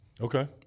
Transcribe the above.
Okay